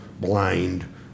blind